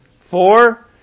four